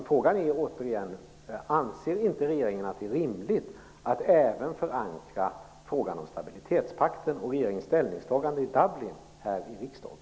Frågan är återigen: Anser inte regeringen att det är rimligt att även förankra frågan om stabilitetspakten och regeringens ställningstagande i Dublin här i riksdagen?